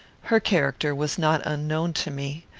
her character was not unknown to me.